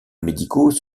médicaux